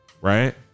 right